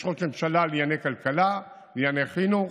יש ראש ממשלה לענייני כלכלה, לענייני חינוך,